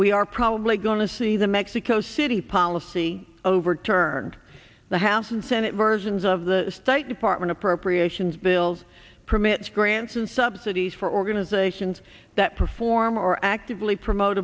we are probably going to see the mexico city policy overturned the house and senate versions of the state department appropriations bills permits grants and subsidies for organizations that perform or actively promote